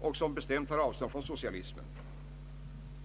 och bestämt tar avstånd från socialismen.